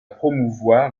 promouvoir